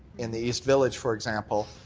in the east village, for example,